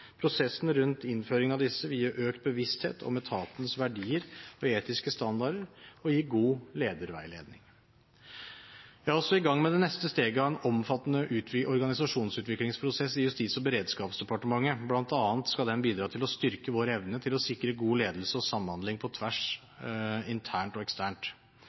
rundt innføringen av disse vil gi økt bevissthet om etatens verdier og etiske standarder og gi god lederveiledning. Jeg er også i gang med det neste steget av en omfattende organisasjonsutviklingsprosess i Justis- og beredskapsdepartementet. Den skal bl.a. bidra til å styrke vår evne til å sikre god ledelse og samhandling på tvers, internt og eksternt.